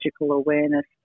awareness